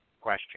question